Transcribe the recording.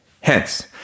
Hence